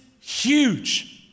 huge